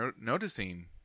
noticing